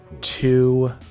two